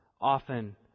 often